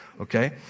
okay